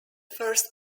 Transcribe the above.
first